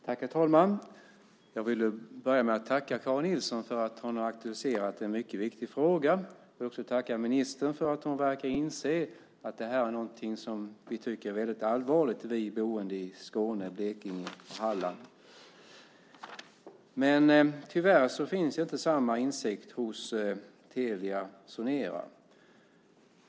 Herr talman! Jag vill börja med att tacka Karin Nilsson för att hon har aktualiserat en mycket viktig fråga. Jag vill också tacka ministern för att hon verkar inse att det här är någonting som vi boende i Skåne, Blekinge och Halland tycker är väldigt allvarligt. Men tyvärr finns inte samma insikt hos Telia Sonera.